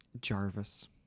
Jarvis